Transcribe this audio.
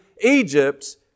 Egypt